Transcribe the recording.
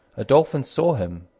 a dolphin saw him,